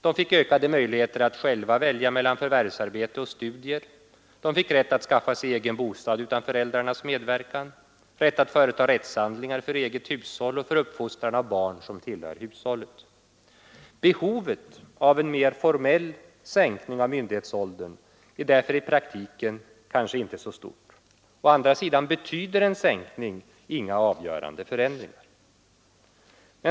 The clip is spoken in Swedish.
De fick ökade möjligheter att själva välja mellan förvärvsarbete och studier, de fick rätt att skaffa sig egen bostad utan föräldrarnas medverkan, rätt att företa rättshandlingar för eget hushåll och för uppfostran av barn som tillhör hushållet. Behovet av en mera formell sänkning av myndighetsåldern är därför i praktiken kanske inte så stort. Å andra sidan betyder en sänkning inga avgörande förändringar.